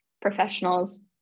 professionals